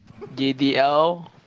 GDL